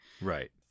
Right